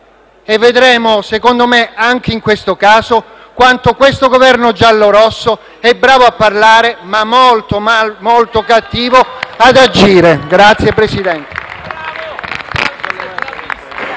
e vedremo, secondo me, anche in questo caso quanto questo Governo giallo-rosso sia bravo a parlare, ma molto cattivo ad agire. *(Applausi